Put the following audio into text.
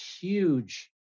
huge